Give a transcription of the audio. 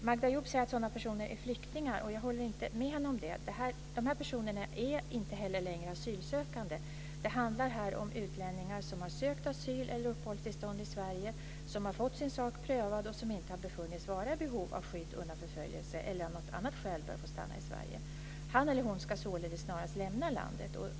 Magda Ayoub säger att sådana personer är flyktingar. Jag håller inte med henne om det. Dessa personer är inte heller längre asylsökande. Det handlar här om utlänningar som har sökt asyl eller uppehållstillstånd i Sverige, som har fått sin sak prövad och som inte har befunnits vara i behov av skydd undan förföljelse eller av något annat skäl bör få stanna i Sverige. Han eller hon ska således snarast lämna landet.